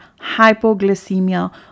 hypoglycemia